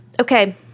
Okay